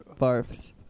Barfs